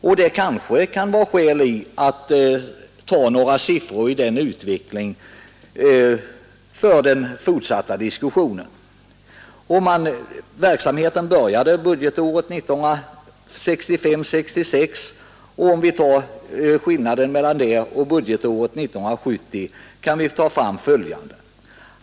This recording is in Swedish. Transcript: Några siffror som belyser utvecklingen kan kanske vara av värde för den fortsatta diskussionen. Verksamheten började budgetåret 1965 71 utvecklats på följande sätt.